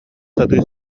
сатыы